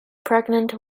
pregnant